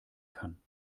kann